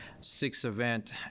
six-event